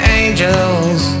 angels